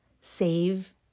save